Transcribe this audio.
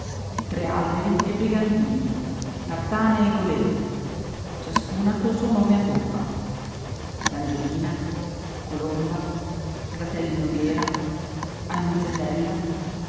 tre alberi e brigantini tartane e golette ciascuna col suo nome a poppa l'angiolina colomba fratelli noghera annunziatella